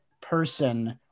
person